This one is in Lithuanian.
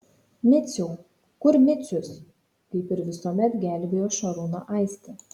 miciau kur micius kaip ir visuomet gelbėjo šarūną aistė